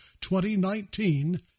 2019